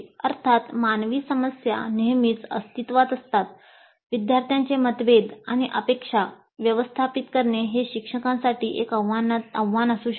अर्थात मानवी समस्या नेहमीच अस्तित्त्वात असतात विद्यार्थ्यांचे मतभेद आणि अपेक्षा व्यवस्थापित करणे हे शिक्षकांसाठी एक आव्हान असू शकते